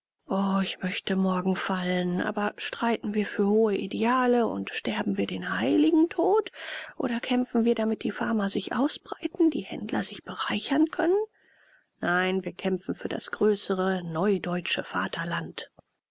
ich möchte morgen fallen aber streiten wir für hohe ideale und sterben wir den heiligen tod oder kämpfen wir damit die farmer sich ausbreiten die händler sich bereichern können nein wir kämpfen für das größere neudeutsche vaterland